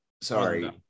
Sorry